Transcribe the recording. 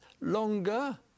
longer